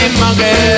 monkey